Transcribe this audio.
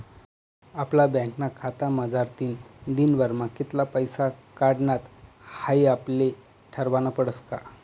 आपला बँकना खातामझारतीन दिनभरमा कित्ला पैसा काढानात हाई आपले ठरावनं पडस का